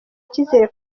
icyizere